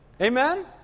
Amen